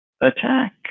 attack